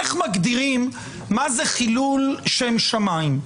איך מגדירים מה זה חילול שם שמיים?